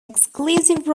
exclusive